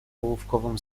ołówkową